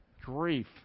Grief